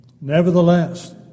Nevertheless